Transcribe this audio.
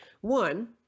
One